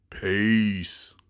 Peace